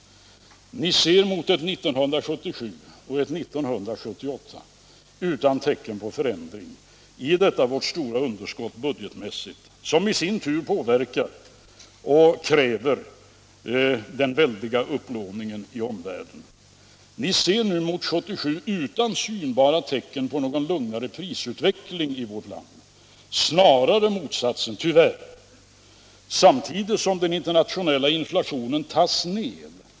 Ni ser mot ett 1977 och ett 1978 utan tecken på förändring i detta vårt stora budgetmässiga underskott, som i sin tur kräver den väldiga upplåningen i omvärlden. Ni ser nu mot 1977 utan synbara tecken på någon lugnare prisutveckling i vårt land, snarare motsatsen — tyvärr — samtidigt som den internationella inflationen tas ned.